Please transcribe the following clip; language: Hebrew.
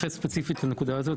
נתחיל ספציפית בנקודה הזאת,